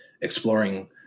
exploring